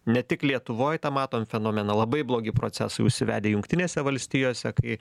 ne tik lietuvoj tą matom fenomeną labai blogi procesai užsivedę jungtinėse valstijose kai